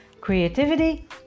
creativity